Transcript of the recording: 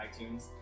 iTunes